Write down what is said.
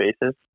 basis